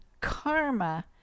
karma